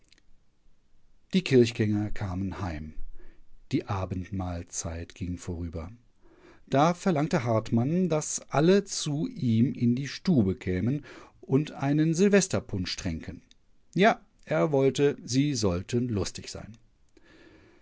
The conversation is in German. die kirchgänger kamen heim die abendmahlzeit ging vorüber da verlangte hartmann daß alle zu ihm in die stube kämen und einen silversterpunsch tränken ja er wollte sie sollten lustig sein